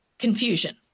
Confusion